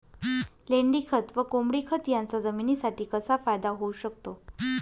लेंडीखत व कोंबडीखत याचा जमिनीसाठी कसा फायदा होऊ शकतो?